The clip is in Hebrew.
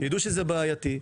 שידעו שזה בעייתי,